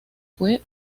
fue